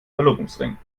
verlobungsring